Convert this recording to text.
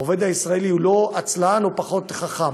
העובד הישראלי הוא לא עצלן או פחות חכם.